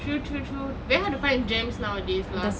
true true true very hard to find gems nowadays lah